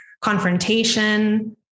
confrontation